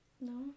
No